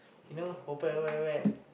you know potpet potpet potpet